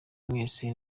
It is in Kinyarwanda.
mwese